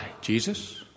Jesus